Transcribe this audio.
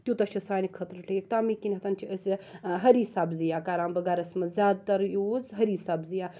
تِیوٗتاہ چھُ سانہِ خٲطرٕ ٹھیٖک تَمہِ کِنیٚتھ چھِ أسۍ ۂری سبزِیاں کَران بہٕ گَرَس منٛز زَیادٕ تر یوٗز ۂری سبزِیان